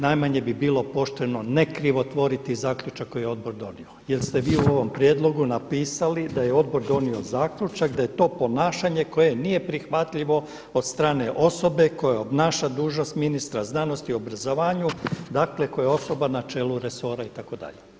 Najmanje bi bilo pošteno ne krivotvoriti zaključak koji je Odbor donio jer ste vi u ovom prijedlogu napisali da je Odbor donio zaključak da je to ponašanje koje nije prihvatljivo od stane osobe koja obnaša dužnost ministra znanosti i obrazovanja, dakle koja je osoba na čelu resora itd.